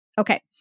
Okay